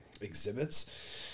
exhibits